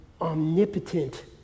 omnipotent